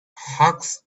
hawks